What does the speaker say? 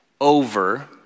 over